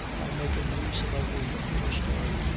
by making use of a vehicular story,